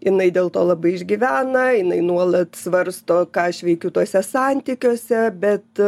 jinai dėl to labai išgyvena jinai nuolat svarsto ką aš veikiu tuose santykiuose bet